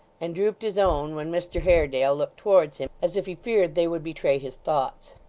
and drooped his own when mr haredale looked towards him, as if he feared they would betray his thoughts.